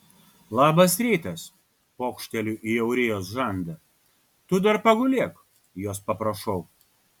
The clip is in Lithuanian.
labas rytas pokšteliu į aurėjos žandą tu dar pagulėk jos paprašau